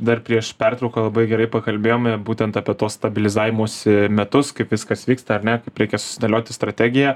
dar prieš pertrauką labai gerai pakalbėjome būtent apie tuos stabilizavimosi metus kaip viskas vyksta ar ne kaip reikia susidėlioti strategiją